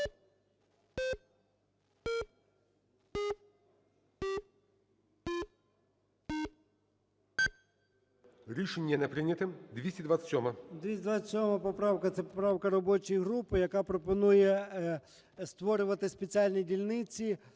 Рішення не прийнято. 227-а.